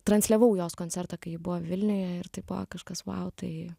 transliavau jos koncertą kai ji buvo vilniuje ir tai buvo kažkas vau tai